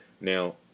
now